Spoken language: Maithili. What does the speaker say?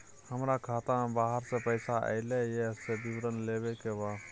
हमरा खाता में बाहर से पैसा ऐल है, से विवरण लेबे के बा?